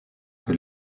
que